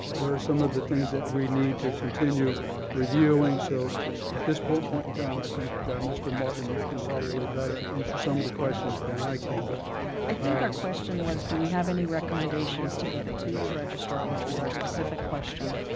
they're some of the things that we need to continue reviewing. so at this point point in time, i think mr. martin can probably better answer some of the questions than i can. but i think our question was, do we have any recommendations to get to the registrar, which was our specific question?